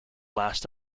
last